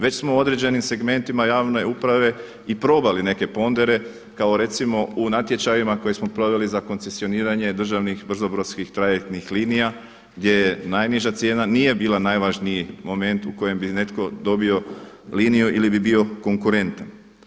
Već smo u određenim segmentima javne uprave i probali neke pondere kao recimo u natječajima koje smo proveli za koncesioniranje državnih brzo brodskih trajektnih linija gdje je najniža cijena nije bila najvažniji moment u kojem bi netko dobio liniju ili bi bio konkurentan.